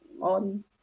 on